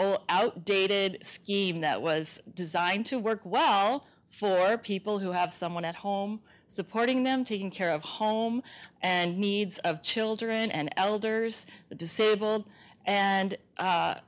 outdated scheme that was designed to work well for people who have someone at home supporting them taking care of home and needs of children and elders the disabled and